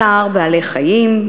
צער בעלי-חיים.